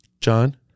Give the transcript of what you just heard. john